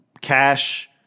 cash